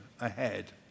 ahead